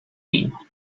vino